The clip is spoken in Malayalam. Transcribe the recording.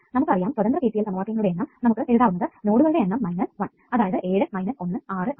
നമുക്ക് അറിയാം സ്വതന്ത്ര KCL സമവാക്യങ്ങളുടെ എണ്ണം നമുക്ക് എഴുതാവുന്നതു നോഡുകളുടെ എണ്ണം മൈനസ് 1 അതായത് 7 മൈനസ് 1 6 ആണ്